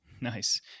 Nice